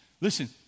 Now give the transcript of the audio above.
Listen